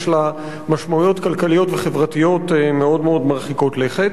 ויש לה משמעויות כלכליות וחברתיות מאוד מאוד מרחיקות לכת.